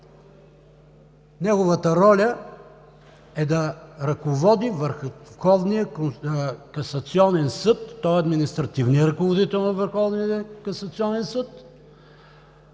Неговата роля е да ръководи Върховния касационен съд. Той е административният ръководител на Върховния касационен съд.